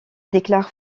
déclare